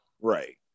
right